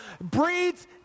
breeds